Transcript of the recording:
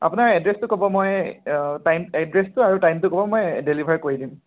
আপোনাৰ এড্ৰেচটো ক'ব মই টাইম এড্ৰেচটো আৰু টাইমটো ক'ব মই ডেলিভাৰ কৰি দিম